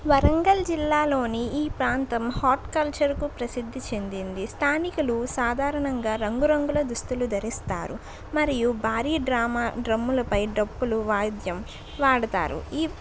వరంగల్ జిల్లాలోని ఈ ప్రాంతం హాట్ కల్చర్కు ప్రసిద్ధి చెందింది స్థానికులు సాధారణంగా రంగురంగుల దుస్తులు ధరిస్తారు మరియు భారీ డ్రామా డ్రమ్ములపై డప్పులు వాయిద్యం వాడుతారు ఈ